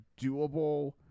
doable